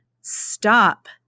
stop